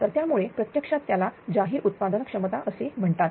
तर त्यामुळे प्रत्यक्षात त्याला जाहीर उत्पादनक्षमता असे म्हणतात